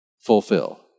fulfill